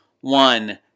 one